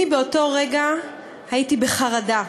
באותו רגע הייתי בחרדה,